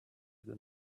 than